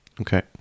Okay